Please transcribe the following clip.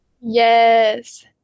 Yes